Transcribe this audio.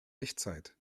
echtzeit